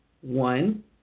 one